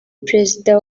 perezida